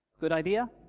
good idea?